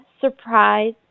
surprise